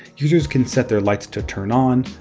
users can set their lights to turn on,